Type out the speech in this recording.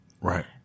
Right